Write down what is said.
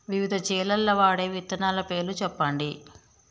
వివిధ చేలల్ల వాడే విత్తనాల పేర్లు చెప్పండి?